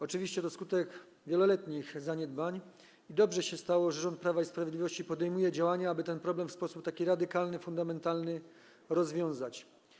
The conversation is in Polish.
Oczywiście jest to skutek wieloletnich zaniedbań i dobrze się stało, że rząd Prawa i Sprawiedliwości podejmuje działania, aby ten problem w sposób radykalny, fundamentalny rozwiązać.